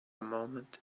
moment